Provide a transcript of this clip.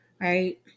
right